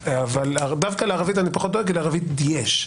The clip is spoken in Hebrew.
דווקא לערבית אני פחות דואג כי לערבית יש.